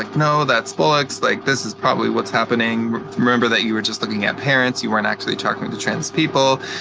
like, no, that's bollocks. like this is probably what's happening. remember that you were just looking at parents, you weren't actually talking to trans people.